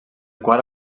quart